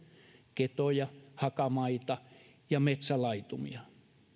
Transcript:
ketoja hakamaita ja metsälaitumia